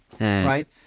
right